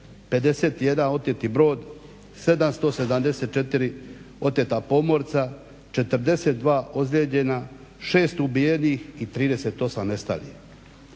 51 oteti brod, 774 oteta pomorca, 42 ozlijeđena, 6 ubijenih i 38 nestalih.